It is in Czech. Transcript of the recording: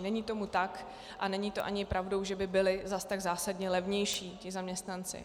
Není tomu tak a není to ani pravdou, že by byli zase tak zásadně levnější ti zaměstnanci.